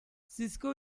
cisco